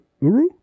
Uru